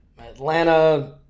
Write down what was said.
Atlanta